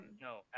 no